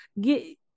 get